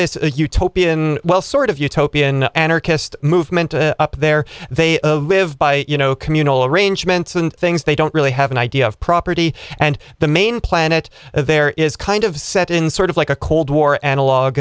utopian well sort of utopian anarchist movement up there they live by you know communal arrangements and things they don't really have an idea of property and the main planet there is kind of set in sort of like a cold war analog